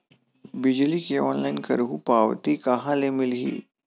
बिजली के ऑनलाइन करहु पावती कहां ले मिलही?